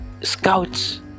scouts